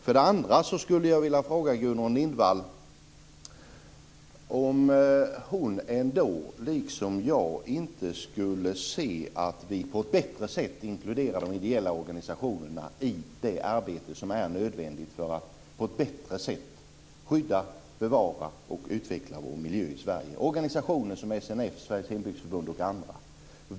För det tredje: Skulle ändå inte Gudrun Lindvall, liksom jag, vilja se att vi på ett bättre sätt inkluderade de ideella organisationerna i det arbete som är nödvändigt för att bättre skydda, bevara och utveckla vår miljö i Sverige? Jag tänker på organisationer som SNF, Sveriges Hembygdsförbund och andra.